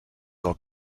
del